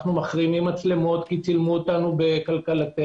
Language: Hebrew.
אנחנו מחרימים מצלמות כיח צילמו אותנו בקלקלתנו.